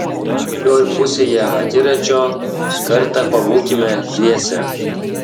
šioj pusėje akiračio kartą pabūkime dviese